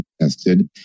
tested